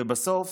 ובסוף